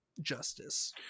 justice